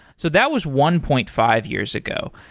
so that was one point five years ago.